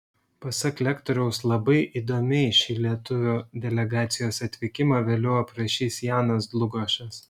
pasak lektoriaus labai įdomiai šį lietuvių delegacijos atvykimą vėliau aprašys janas dlugošas